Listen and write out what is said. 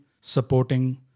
supporting